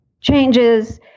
changes